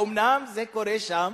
האומנם זה קורה שם.